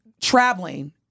traveling—